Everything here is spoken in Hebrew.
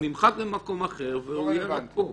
הוא נמחק ממקום אחר והוא יהיה רק פה.